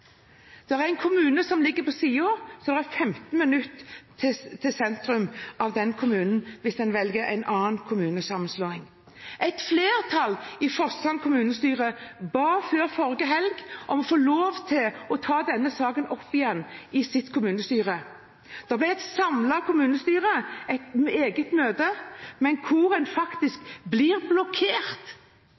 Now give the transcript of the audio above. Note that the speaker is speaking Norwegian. der det er 15 minutter til sentrum av den kommunen hvis en velger en annen kommunesammenslåing. Et flertall i Forsand kommunestyre ba før forrige helg om å få lov til å ta denne saken opp igjen i sitt kommunestyre. Det ble et samlet kommunestyre, et eget møte, men hvor en faktisk ble blokkert